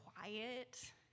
quiet